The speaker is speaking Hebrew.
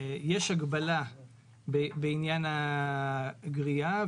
יש הגבלה בעניין הגריעה,